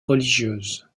religieuse